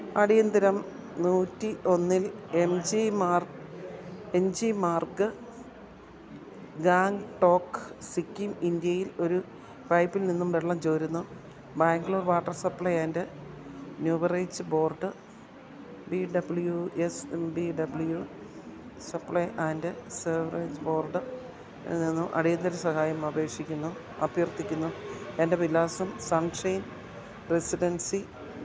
അടിയന്തിരം നൂറ്റി ഒന്നിൽ M G Marg M G Marg Gangtok Sikkim ഇന്ത്യയിൽ ഒരു പൈപ്പിൽ നിന്നും വെള്ളം ചോരുന്നു Bangalore water supply and sewerage board B W S M B W supply and sewerage board ഇൽ നിന്നും അടിയന്തര സഹായം അപേക്ഷിക്കുന്നു അഭ്യർത്ഥിക്കുന്നു എൻ്റെ വിലാസം സൺഷൈൻ റെസിഡൻസി